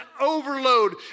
overload